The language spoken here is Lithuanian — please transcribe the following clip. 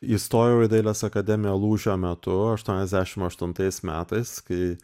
įstojau į dailės akademiją lūžio metu aštuoniasdešim aštuntais metais kai